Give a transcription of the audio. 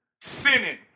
Sinning